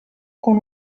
con